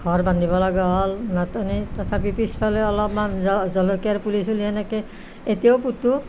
ঘৰ বান্ধিব লাগা হ'ল নাটনি তথাপি পিছফালে অলপমান জ জলকীয়া পুলি চুলি এনেকৈ এতিয়াও পুতোঁ